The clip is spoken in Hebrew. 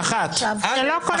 זה לא מעניין.